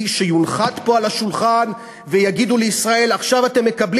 שיונחת פה על השולחן ויגידו לישראל: עכשיו אתם מקבלים